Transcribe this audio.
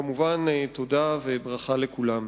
כמובן תודה וברכה לכולם.